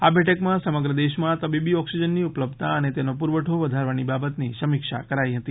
આ બેઠકમાં સમગ્ર દેશમાં તબીબી ઓક્સીજનની ઉપલબ્ધતા અને તેનો પુરવઠો વધારવાની બાબતની સમીક્ષા કરાઈ હતી